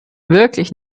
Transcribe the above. wirklich